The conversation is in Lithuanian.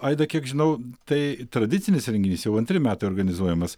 aida kiek žinau tai tradicinis renginys jau antri metai organizuojamas